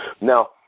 Now